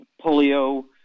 polio